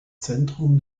zentrum